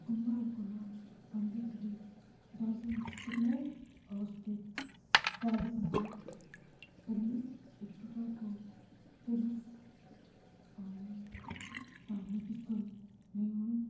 गुम्बाहरूको नाम भन्दाखेरि दार्जिलिङ डिस्ट्रिक्टमै अवस्थित डाली गुम्बा पनि एक प्रकारको फेमस धार्मिक स्थल नै हुन्